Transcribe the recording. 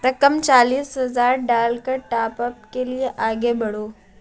رقم چالس ہزار ڈال کر ٹاپ اپ کے لیے آگے بڑھو